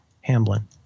Hamblin